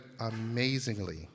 amazingly